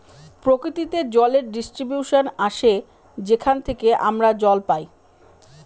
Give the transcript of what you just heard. প্রকৃতিতে জলের ডিস্ট্রিবিউশন আসে যেখান থেকে আমরা জল পাই